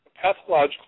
Pathological